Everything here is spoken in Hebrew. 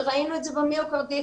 וראינו את זה במיוקרדיטיס.